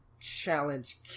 challenge